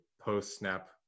post-snap